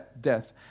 death